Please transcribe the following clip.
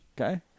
Okay